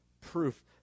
proof